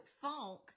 funk